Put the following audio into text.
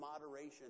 moderation